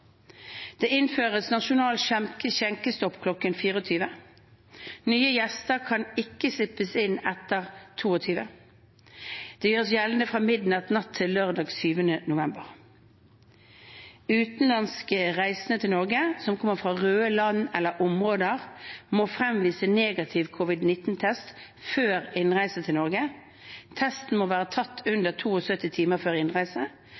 Det innføres nasjonal skjenkestopp kl. 24. Nye gjester kan ikke slippes inn etter kl. 22. Dette gjøres gjeldende fra midnatt natt til lørdag 7. november. Utenlandske reisende til Norge som kommer fra røde land eller områder, må fremvise negativ covid-19-test før innreise til Norge. Testen må være tatt under 72 timer før